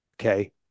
Okay